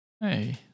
Hey